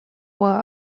war